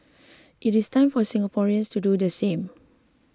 it is time for Singaporeans to do the same